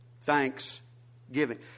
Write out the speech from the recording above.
thanksgiving